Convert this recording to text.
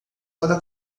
para